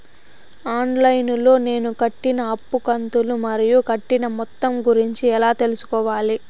On line లో నేను కట్టిన అప్పు కంతులు మరియు కట్టిన మొత్తం గురించి ఎలా తెలుసుకోవాలి?